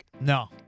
No